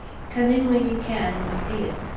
come in when you can and see it.